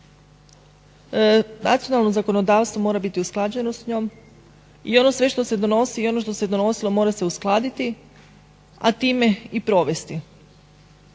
nacionalno zakonodavstvo mora biti usklađeno s njom i ono sve što se donosi i ono što se donosilo mora se uskladiti, a time i provesti.